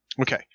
Okay